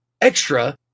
extra